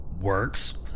works